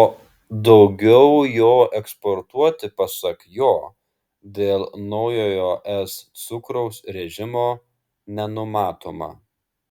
o daugiau jo eksportuoti pasak jo dėl naujojo es cukraus režimo nenumatoma